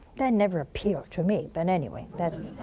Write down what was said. that never appealed to me but and anyway, that